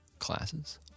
Classes